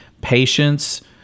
patience